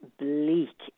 bleak